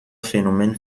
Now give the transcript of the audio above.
phénomènes